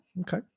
okay